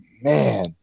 man